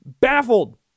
baffled